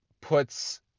puts